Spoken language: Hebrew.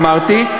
אמרתי,